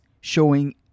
showing